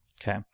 Okay